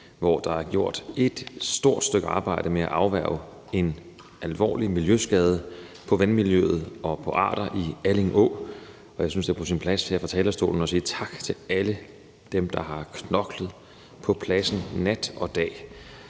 hvor der er gjort et stort stykke arbejde med at afværge en alvorlig miljøskade på vandmiljøet og på arter i Alling Å. Og jeg synes, at det er på sin plads her fra talerstolen at sige tak til alle dem, der har knoklet på pladsen nat og dag